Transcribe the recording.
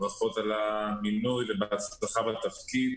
ברכות על המינוי ובהצלחה בתפקיד.